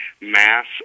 mass